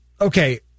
Okay